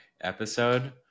episode